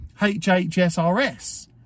HHSRS